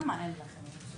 למה אין לכם ייצוג?